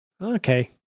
Okay